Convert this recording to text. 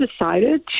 decided